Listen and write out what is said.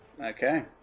okay